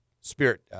spirit